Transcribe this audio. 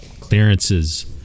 clearances